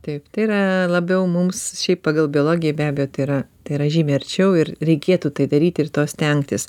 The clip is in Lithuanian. taip tai yra labiau mums šiaip pagal biologiją be abejo tai yra tai yra žymiai arčiau ir reikėtų tai daryti ir to stengtis